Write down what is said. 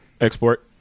Export